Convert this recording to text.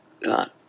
God